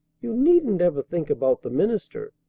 you needn't ever think about the minister.